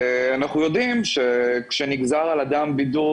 אנחנו יודעים שכשנגזר על אדם בידוד,